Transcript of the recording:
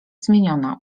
zmieniona